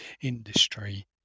industry